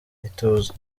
ituze